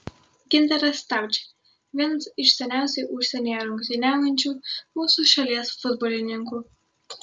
gintaras staučė vienas iš seniausiai užsienyje rungtyniaujančių mūsų šalies futbolininkų